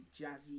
jazzy